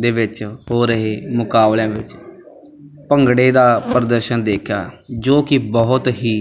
ਦੇ ਵਿੱਚ ਹੋ ਰਹੇ ਮੁਕਾਬਲਿਆਂ ਵਿੱਚ ਭੰਗੜੇ ਦਾ ਪ੍ਰਦਰਸ਼ਨ ਦੇਖਿਆ ਜੋ ਕਿ ਬਹੁਤ ਹੀ